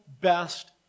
best